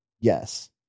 Yes